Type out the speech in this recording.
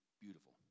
beautiful